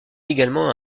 également